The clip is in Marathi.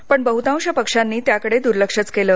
पण बहुतांश पक्षांनी त्याकडे दुर्लक्षच केलं